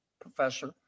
Professor